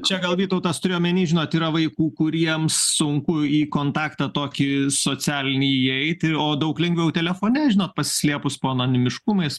čia gal vytautas turi omeny žinot yra vaikų kuriems sunku į kontaktą tokį socialinį įeiti o daug lengviau telefone žinot pasislėpus po anonimiškumais